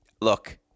look